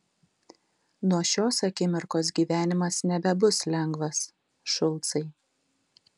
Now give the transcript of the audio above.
nuo šios akimirkos gyvenimas nebebus lengvas šulcai